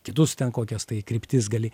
kitus ten kokias tai kryptis gali